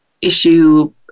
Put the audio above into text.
issue